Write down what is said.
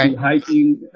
Hiking